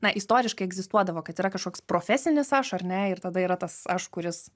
na istoriškai egzistuodavo kad yra kažkoks profesinis aš ar ne ir tada yra tas aš kuris